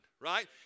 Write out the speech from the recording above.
Right